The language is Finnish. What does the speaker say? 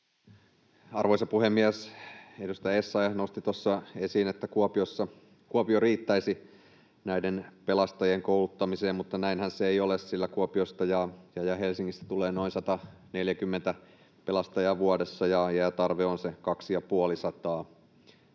Arvoisa puhemies! Edustaja Essayah nosti tuossa esiin, että Kuopio riittäisi pelastajien kouluttamiseen, mutta näinhän se ei ole, sillä Kuopiosta ja Helsingistä tulee noin 140 pelastajaa vuodessa ja tarve on se 250.